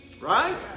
right